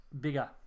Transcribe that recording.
Bigger